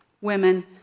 women